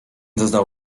doznał